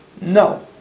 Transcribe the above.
No